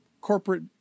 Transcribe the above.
corporate